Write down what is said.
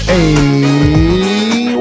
Hey